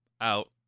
out